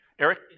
Eric